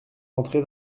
entrer